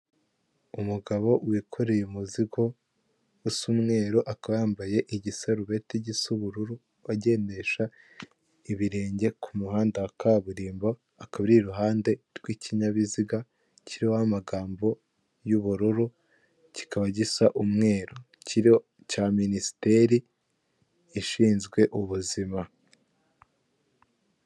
Umugabo wikoreye umuzigo usa umweru akaba yambaye igiserubeti gisa ubururu, agendesha ibirenge ku muhanda wa kaburimbo. Akaba ari iruhande rw'ikinyabiziga kiriho amagambo y'ubururu kikaba gisa umweruro cya minisiteri ishinzwe ubuzima.